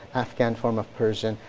afghan form of persian,